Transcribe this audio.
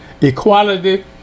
Equality